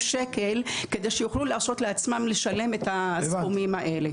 ש"ח כדי שיוכלו להרשות לעצמם לשלם את הסכומים האלה.